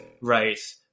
right